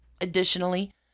Additionally